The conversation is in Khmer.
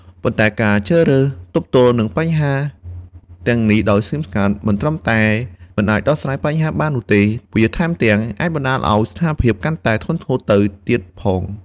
ប៉ុន្តែការជ្រើសរើសទប់ទល់នឹងបញ្ហាទាំងនេះដោយស្ងៀមស្ងាត់ មិនត្រឹមតែមិនអាចដោះស្រាយបញ្ហាបាននោះទេ វាថែមទាំងអាចបណ្តាលឲ្យស្ថានភាពកាន់តែធ្ងន់ធ្ងរទៅទៀតផង។